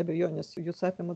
abejonės jus apima